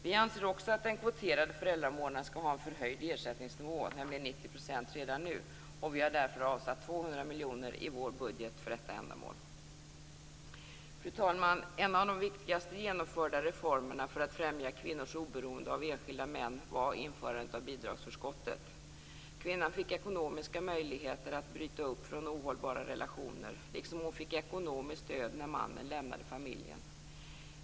Vi anser också att den kvoterade föräldramånaden skall ha en förhöjd ersättningsnivå, nämligen 90 % redan nu. Vi har därför avsatt 200 miljoner i vår budget för detta ändamål. Fru talman! En av de viktigaste genomförda reformerna för att främja kvinnors oberoende av enskilda män var införandet av bidragsförskottet. Kvinnan fick ekonomiska möjligheter att bryta upp från ohållbara relationer, liksom hon fick ekonomiskt stöd när mannen lämnade familjen.